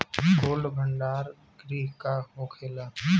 Cold भण्डार गृह का होखेला?